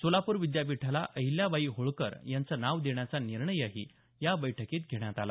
सोलापूर विद्यापीठाला अहिल्याबाई होळकर यांचं नाव देण्याचा निर्णयही या बैठकीत घेण्यात आला